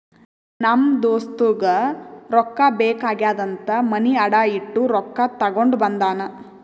ನಮ್ ದೋಸ್ತಗ ರೊಕ್ಕಾ ಬೇಕ್ ಆಗ್ಯಾದ್ ಅಂತ್ ಮನಿ ಅಡಾ ಇಟ್ಟು ರೊಕ್ಕಾ ತಗೊಂಡ ಬಂದಾನ್